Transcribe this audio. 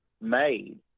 made